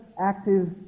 active